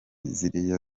ziriya